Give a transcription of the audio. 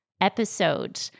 episode